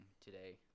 today